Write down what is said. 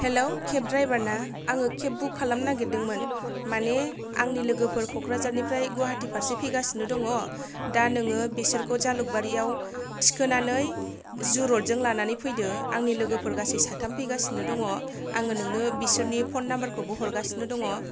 हेल' cab driver ना आङो cab book खालामनो नागिरदोंमोन माने आंनि लोगोफोर ककराझारनिफ्राय गुवाहाटि फारसे फैगासिनो दङ' दा नोङो बिसोरखौ जालुकबारियाव थिखोनानै जु र'ड जों लानानै फैदो आंनि लोगोफोर गासै साथाम फैगासिनो दङ' आङो नोंनो बिसोरनि फन नम्बारखौबो हरगासिनो दङ'